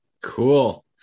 Cool